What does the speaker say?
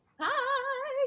Hi